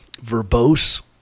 verbose